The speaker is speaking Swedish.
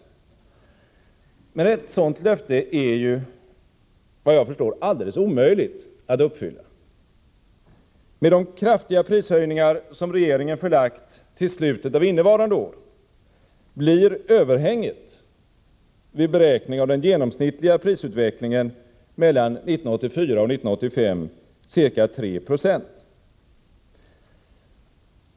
Men ett sådant löfte är ju, såvitt jag förstår, alldeles omöjligt att uppfylla. Med de kraftiga prishöjningar som regeringen förlagt till slutet av innevarande år blir överhänget vid beräkning av den genomsnittliga prisutvecklingen mellan 1984 och 1985 ca 3 70.